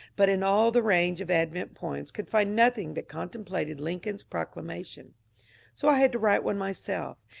but in all the range of advent poems could find nothing that contemplated lincoln's procla mation so i had to write one myself,